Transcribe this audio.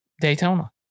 Daytona